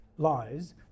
lies